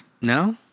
No